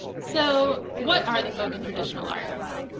so what are the folk and traditional arts?